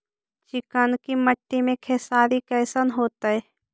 चिकनकी मट्टी मे खेसारी कैसन होतै?